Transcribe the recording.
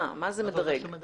מה זה מדָרג?